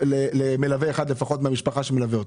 למלווה אחד לפחות מהמשפחה שמלווה אותו.